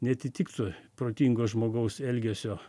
neatitiktų protingo žmogaus elgesio